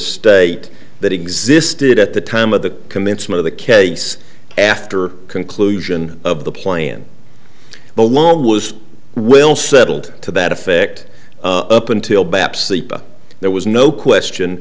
estate that existed at the time of the commencement of the case after conclusion of the plan along was will settled to that effect up until baps the there was no question